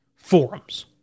Forums